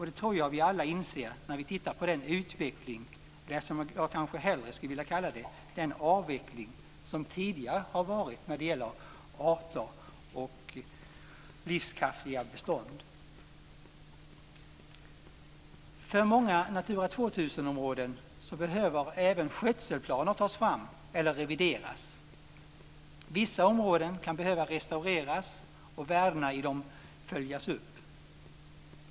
Det tror jag att vi alla inser när vi tittar på den utveckling eller som jag kanske hellre skulle vilja kalla det, avveckling som tidigare har varit när det gäller arter och livskraftiga bestånd. För många Natura 2000-områden behöver även skötselplaner tas fram eller revideras. Vissa områden kan behöva restaureras och värdena i dem följas upp.